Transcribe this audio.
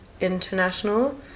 international